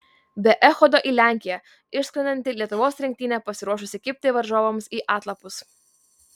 be echodo į lenkiją išskrendanti lietuvos rinktinė pasiruošusi kibti varžovams į atlapus